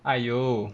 !aiyo!